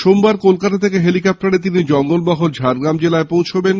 সোমবার কলকাতা থেকে হেলিকপ্টারে তিনি জঙ্গলমহল ঝাড়গ্রাম জেলায় পৌঁছবেন